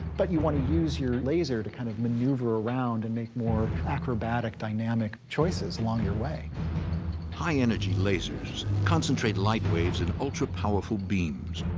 but you want to use your laser to kind of maneuver around and make more acrobatic, dynamic choices along your way. narrator high-energy lasers concentrate light waves in ultra-powerful beams.